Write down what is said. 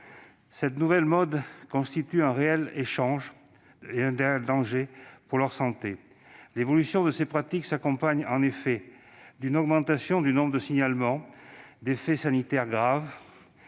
Cette nouvelle mode constitue un réel danger pour leur santé. L'évolution de ces pratiques s'accompagne, en effet, d'une augmentation du nombre de signalements d'effets sanitaires graves,